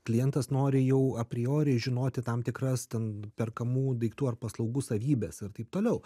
klientas nori jau aprioriniai žinoti tam tikras ten perkamų daiktų ar paslaugų savybes ir taip toliau